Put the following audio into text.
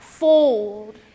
Fold